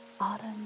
autumn